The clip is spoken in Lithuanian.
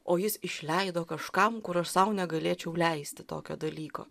o jis išleido kažkam kur aš sau negalėčiau leisti tokio dalyko